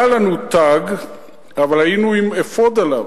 היה לנו תג אבל היינו עם אפוד עליו,